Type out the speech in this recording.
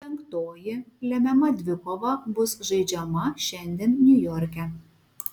penktoji lemiama dvikova bus žaidžiama šiandien niujorke